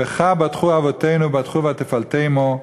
"בך בטחו אבתינו בטחו ותפלטמו",